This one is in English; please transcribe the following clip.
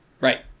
Right